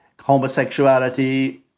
homosexuality